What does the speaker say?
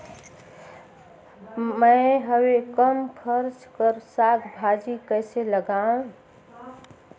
मैं हवे कम खर्च कर साग भाजी कइसे लगाव?